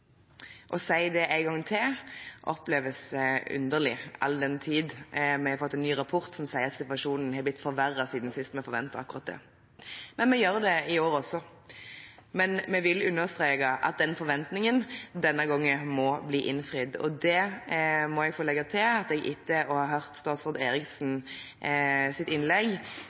Å si det en gang til oppleves underlig, all den tid vi har fått en ny rapport som sier at situasjonen har blitt forverret siden sist vi forventet akkurat det. Vi gjør det i år også, men vi vil understreke at den forventningen denne gangen må bli innfridd. Der må jeg få legge til at jeg etter å ha hørt statsråd Eriksen